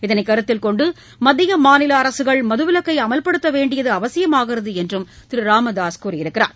இதனை கருத்தில் கொண்டு மத்திய மாநில அரசுகள் மதுவிலக்கை அமல்படுத்த வேண்டியது அவசியமாகிறது என்றும் திரு ராமதாசு கூறியுள்ளார்